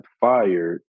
fired